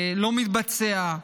לא מתבצע,